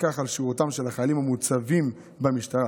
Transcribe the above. ותפקח על שירותם של החיילים המוצבים במשטרה.